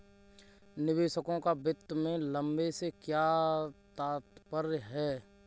निवेशकों का वित्त में लंबे से क्या तात्पर्य है?